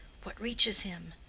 what reaches him,